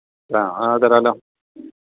ആ ആ തരാമല്ലോ